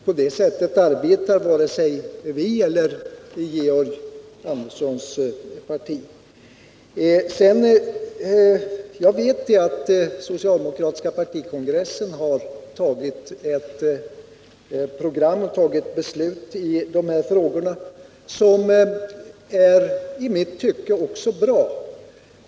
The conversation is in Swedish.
På det sättet arbetar varken vårt eller Georg Anderssons parti. Jag vet att den socialdemokratiska partikongressen har tagit ett program och fattat ett beslut i dessa frågor. Det gäller förslag som i mitt tycke är bra.